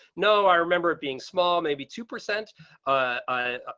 no, i remember it being small maybe two percent ah